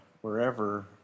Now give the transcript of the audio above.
wherever